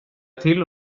till